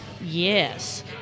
Yes